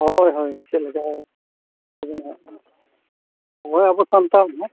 ᱦᱳᱭ ᱦᱳᱭ ᱪᱮᱫ ᱞᱮᱠᱟ ᱦᱳᱭ ᱟᱵᱚ ᱥᱟᱱᱛᱟᱲ ᱜᱮ ᱦᱟᱸᱜ